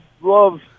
love